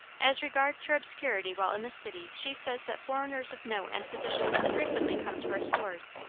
as regards her obscurity while in this city, she says that foreigners of note and position frequently come to our stores,